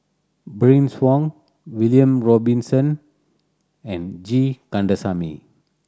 Bernice Wong William Robinson and G Kandasamy